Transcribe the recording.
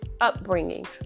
upbringing